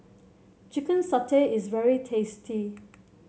Chicken Satay is very tasty